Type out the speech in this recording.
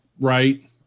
Right